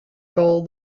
call